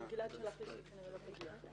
ואזרחית במדינת ישראל יש את הזכות לשנות את שמו,